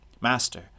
Master